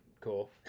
cool